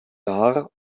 jahr